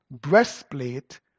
breastplate